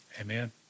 Amen